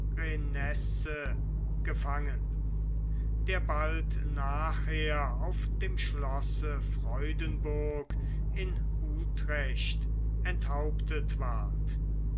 gefangen der bald nachher auf dem schlosse freudenburg in utrecht enthauptet ward